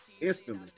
instantly